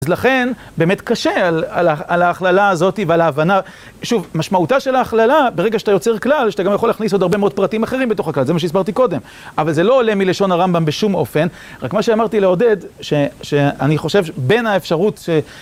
אז לכן, באמת קשה על ההכללה הזאתי ועל ההבנה. שוב, משמעותה של ההכללה, ברגע שאתה יוצר כלל, שאתה גם יכול להכניס עוד הרבה מאוד פרטים אחרים בתוך הכלל, זה מה שהסברתי קודם. אבל זה לא עולה מלשון הרמב״ם בשום אופן. רק מה שאמרתי לעודד, שאני חושב שבין האפשרות ש...